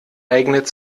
eignet